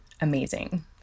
amazing